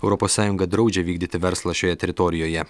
europos sąjunga draudžia vykdyti verslą šioje teritorijoje